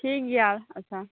ᱴᱷᱤᱠ ᱜᱮᱭᱟ ᱟᱪᱷᱟ